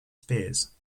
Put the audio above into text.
spears